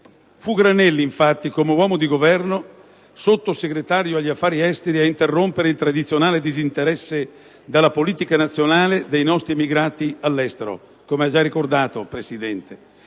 Fu Granelli, infatti, come uomo di Governo, da sottosegretario per gli affari esteri, ad interrompere il tradizionale disinteresse della politica nazionale verso i nostri emigrati all'estero, come lei ha già ricordato, Presidente.